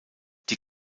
die